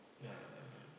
ah